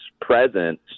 presence